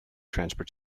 transport